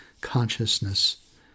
consciousness